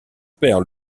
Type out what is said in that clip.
père